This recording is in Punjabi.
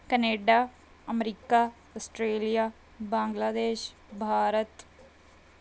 Canada America Australia Bangladesh Bharat